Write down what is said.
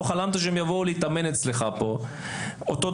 לא חלמת שהם יבואו להתאמן אצלך פה.